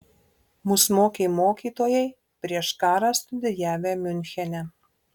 mus mokė mokytojai prieš karą studijavę miunchene